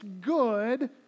good